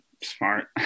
smart